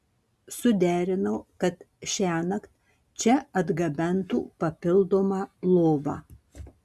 suderinau kad šiąnakt čia atgabentų papildomą lovą